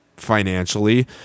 financially